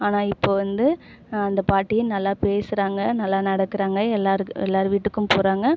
ஆனால் இப்போது வந்து அந்தப் பாட்டியை நல்லா பேசுகிறாங்க நல்லா நடக்கிறாங்க எல்லார் எல்லார் வீட்டுக்கும் போகிறாங்க